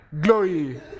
Glory